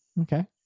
Okay